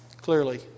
clearly